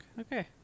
Okay